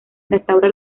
restaura